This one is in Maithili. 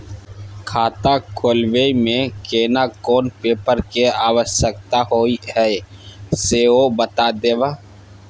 खाता खोलैबय में केना कोन पेपर के आवश्यकता होए हैं सेहो बता देब?